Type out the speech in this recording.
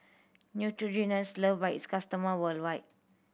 neutrogena is loved by its customer worldwide